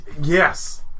Yes